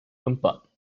empat